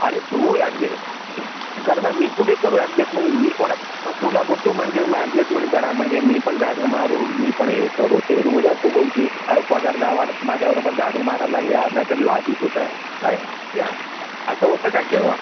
अरे तू ॲडजेस्ट कर ना मी कुठे करू ॲडजेस्टमेंट मी कोणा तुला तू म्हणशील तुम्ही ॲडजेस्टमेंट करा म्हणजे मी पण झाडू मारू मी पण हे करू ते करू उद्या तू बोलशील अरे पगार नाही वाढत माझ्याबरोबर झाडू मारायला या नाहीतर लादी पुसायला या असं होतं काय केव्हा